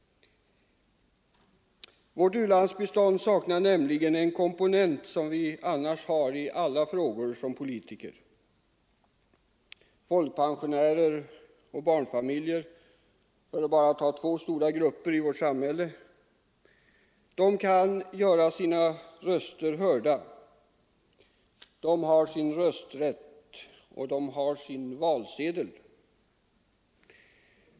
Vårt u-landsbistånd saknar nämligen en komponent som finns i så gott som alla andra frågor som vi politiker behandlar. Folkpensionärer och barnfamiljer, för att bara ta två stora grupper i vårt samhälle, kan göra sina röster hörda; de har sin rösträtt och de har sin valsedel.